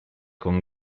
con